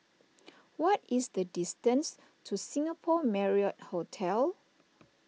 what is the distance to Singapore Marriott Hotel